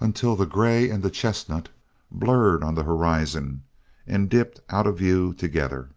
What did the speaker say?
until the grey and the chestnut blurred on the horizon and dipped out of view together.